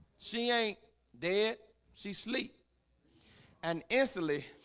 she ain't dead she sleep and instantly